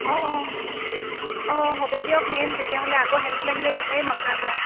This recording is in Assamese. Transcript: অ অ অ হ'ব দিয়ক মেম তেতিয়াহ'লে আকৌ হেল্প লাগিলে বিচাৰিম আপোনাৰ পৰা